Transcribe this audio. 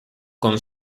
con